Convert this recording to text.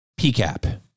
pcap